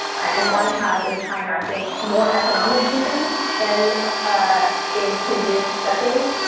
and one has in china, i think, more economic freedom than ah in previous decades.